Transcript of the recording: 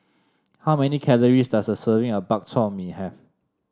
how many calories does a serving of Bak Chor Mee have